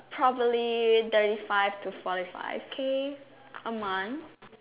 probably thirty five to forty five K a month